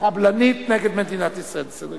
חבלנית נגד מדינת ישראל(.